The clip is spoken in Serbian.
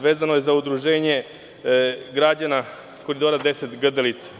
Vezano je za Udruženje građana Koridora 10 Grdelica.